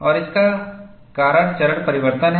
और इसका कारण चरण परिवर्तन है